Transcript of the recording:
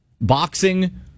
Boxing